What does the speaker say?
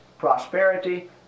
prosperity